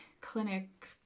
clinic